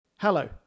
Hello